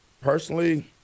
Personally